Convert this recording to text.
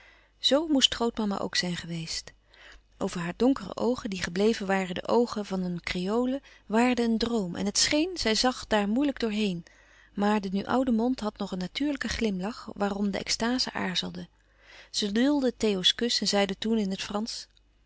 zoo moest grootmama ook zijn geweest over haar donkere oogen die gebleven waren de oogen van een kreole waarde een droom en het scheen zij zag daar moeilijk door heen maar de nu oude mond had nog een natuurlijken glimlach waarom de extaze aarzelde zij duldde theo's kus en zeide toen in het fransch